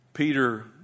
Peter